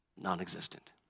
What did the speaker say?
non-existent